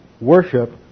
worship